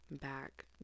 back